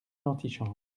l’antichambre